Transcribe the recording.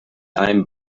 einem